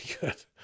good